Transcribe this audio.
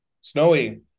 Snowy